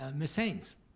and ms. haynes?